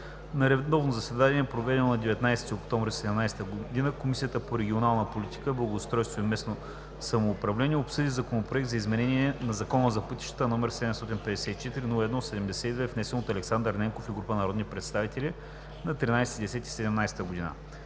На редовно заседание, проведено на 19 октомври 2017 г., Комисията по регионална политика, благоустройство и местно самоуправление обсъди Законопроект за изменение на Закона за пътищата, № 754-01-72, внесен от Александър Ненков и група народни представители на 13 октомври 2017 г.